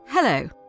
Hello